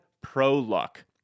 pro-luck